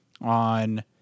on